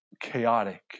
chaotic